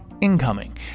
Incoming